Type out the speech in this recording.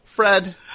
Fred